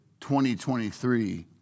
2023